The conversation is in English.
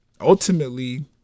ultimately